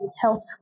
health